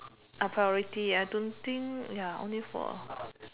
ah priority I don't think ya only for